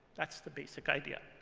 that's the basic idea.